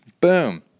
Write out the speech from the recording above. Boom